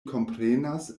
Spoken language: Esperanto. komprenas